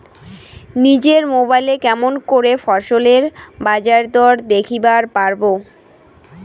নিজের মোবাইলে কেমন করে ফসলের বাজারদর দেখিবার পারবো?